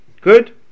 Good